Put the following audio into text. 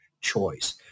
choice